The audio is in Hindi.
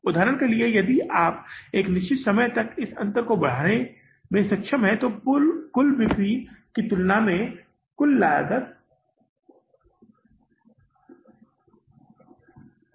उदाहरण के लिए यदि आप एक निश्चित समय तक इस अंतर को बढ़ाने में सक्षम हैं तो कुल बिक्री की तुलना में कुल लागत अधिक है